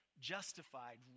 Justified